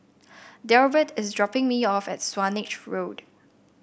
Delbert is dropping me off at Swanage Road